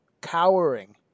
cowering